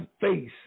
face